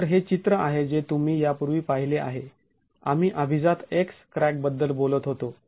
तर हे चित्र आहे जे तुम्ही यापूर्वी पाहिले आहे आम्ही अभिजात x क्रॅकबद्दल बोलत होतो